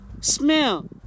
smell